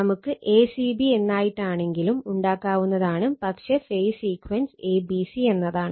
നമുക്ക് a c b എന്നായിട്ടാണെങ്കിലും ഉണ്ടാക്കാവുന്നതാണ് പക്ഷെ phase sequence a b c എന്നതാണ്